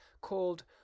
called